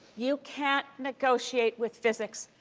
you can't negotiate with physics,